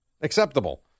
acceptable